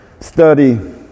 study